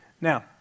Now